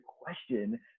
question